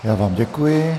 Já vám děkuji.